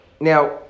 Now